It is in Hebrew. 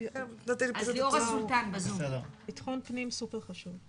הנושא הזה הוא כמובן נושא מאוד חשוב,